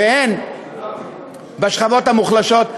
והן בשכבות המוחלשות.